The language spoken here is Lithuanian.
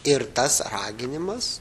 ir tas raginimas